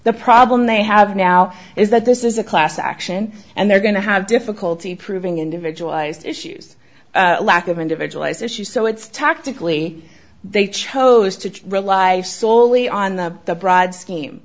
the problem they have now is that this is a class action and they're going to have difficulty proving individual issues lack of individualized issues so it's tactically they chose to rely solely on the the broad scheme